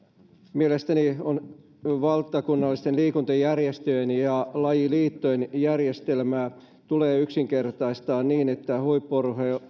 mielestäni valtakunnallisten liikuntajärjestöjen ja lajiliittojen järjestelmää tulee yksinkertaistaa niin että huippu